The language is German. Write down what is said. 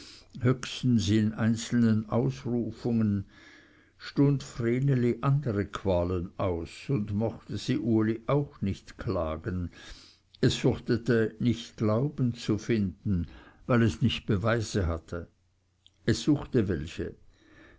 höchstens in einzelnen ausrufungen stund vreneli andere qualen aus und mochte sie uli auch nicht klagen es fürchtete nicht glauben zu finden weil es nicht beweise hatte es suchte welche